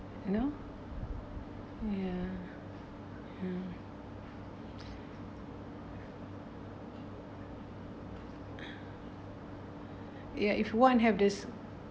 you know ya ya if you want have this